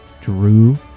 drew